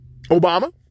Obama